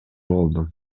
болдум